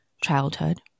childhood